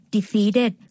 defeated